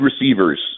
receivers